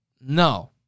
No